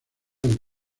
del